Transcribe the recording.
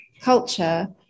culture